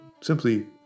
simply